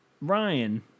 ryan